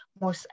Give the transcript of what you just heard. more